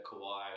Kawhi